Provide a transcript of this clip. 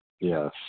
Yes